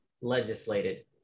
legislated